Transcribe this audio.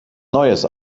neues